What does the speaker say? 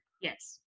Yes